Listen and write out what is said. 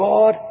God